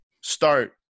start